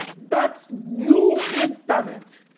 that new internet